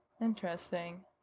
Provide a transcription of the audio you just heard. Interesting